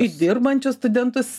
į dirbančius studentus